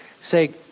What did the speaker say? say